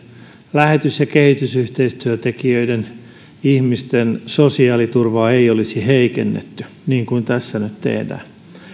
lähetys ja kehitysyhteistyöntekijöiden sosiaaliturvaa ei olisi heikennetty niin kuin tässä nyt tehdään